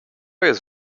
jest